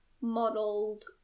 modeled